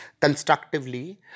constructively